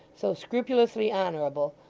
so scrupulously honourable,